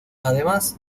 además